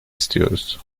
istiyoruz